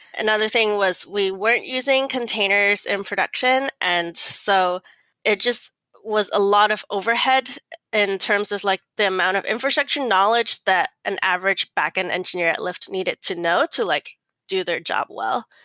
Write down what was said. another thing was we weren't using containers in production, and so it just was a lot of overhead in terms of like the amount of infrastructure and knowledge that an average backend engineer at lyft needed to know to like do their job well.